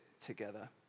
together